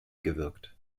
gewirkt